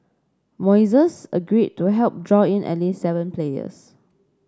Moises agreed to help draw in at least seven players